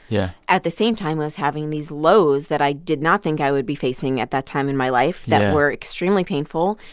yeah. at the same time i was having these lows that i did not think i would be facing at that time in my life. yeah. that were extremely painful.